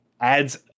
adds